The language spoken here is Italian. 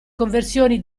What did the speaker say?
conversioni